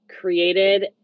created